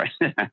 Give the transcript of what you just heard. Right